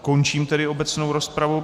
Končím tedy obecnou rozpravu.